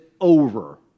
over